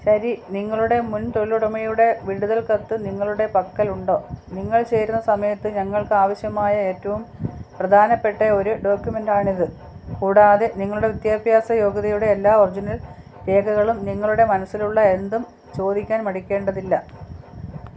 ശരി നിങ്ങളുടെ മുൻ തൊഴിലുടമയുടെ വിടുതൽ കത്ത് നിങ്ങളുടെ പക്കലുണ്ടോ നിങ്ങൾ ചേരുന്ന സമയത്ത് ഞങ്ങൾക്ക് ആവശ്യമായ ഏറ്റവും പ്രധാനപ്പെട്ട ഒരു ഡോക്യുമെൻറ് ആണിത് കൂടാതെ നിങ്ങളുടെ വിദ്യാഭ്യാസ യോഗ്യതയുടെ എല്ലാ ഒറിജിനൽ രേഖകളും നിങ്ങളുടെ മനസ്സിലുള്ള എന്തും ചോദിക്കാൻ മടിക്കേണ്ടതില്ല